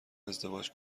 ازدواج